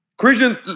Christian